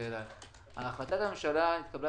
החלטת הממשלה התקבלה